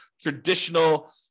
traditional